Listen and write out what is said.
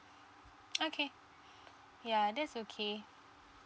okay ya that's okay